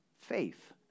faith